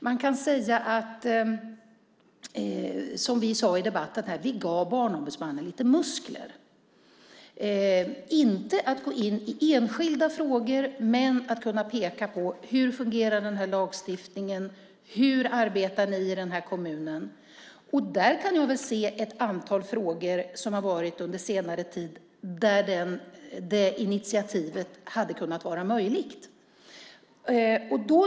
Man kan säga, som vi sagt i debatten här, att vi gav Barnombudsmannen lite muskler, inte för att gå in i enskilda frågor men för att kunna peka på hur lagstiftningen fungerar och hur vi arbetar i den här kommunen. Jag kan se ett antal frågor under senare tid där det initiativet hade kunnat vara möjligt.